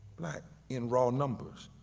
black in raw numbers.